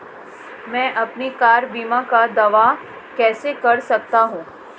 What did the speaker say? मैं अपनी कार बीमा का दावा कैसे कर सकता हूं?